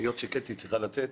היות וקטי צריכה לצאת,